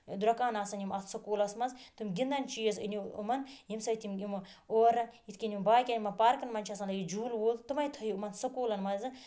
درۄکان آسَن یِم اَتھ سکولَس مَنٛز تِم گِندَن چیٖز أنیو یِمَن ییٚمہِ سۭتۍ تِم یِم اورٕ یِتھ کٔنۍ یِم باقٮ۪ن یِمَن پارکَن مَنٛز چھِ آسان جولہٕ ووُلہٕ تِماے تھٲیو یِمَن سکولَن مَنٛز